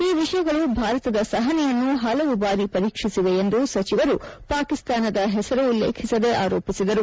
ಈ ವಿಷಯಗಳು ಭಾರತದ ಸಹನೆಯನ್ನು ಹಲವು ಬಾರಿ ಪರೀಕ್ಷಿಸಿವೆ ಎಂದು ಸಚಿವರು ಪಾಕಿಸ್ತಾನದ ಹೆಸರು ಉಲ್ಲೇಖಿಸದೆ ಆರೋಪಿಸಿದರು